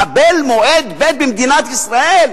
לקבל מועד ב' במדינת ישראל,